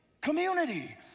community